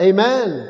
Amen